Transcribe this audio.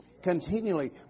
Continually